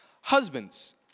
Husbands